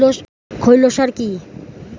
খৈল সার কি?